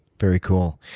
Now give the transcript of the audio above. very cool.